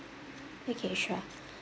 okay sure